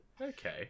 okay